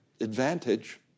advantage